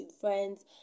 friends